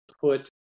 put